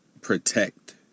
protect